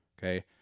Okay